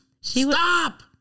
Stop